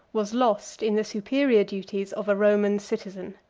was lost in the superior duties of a roman citizen.